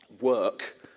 work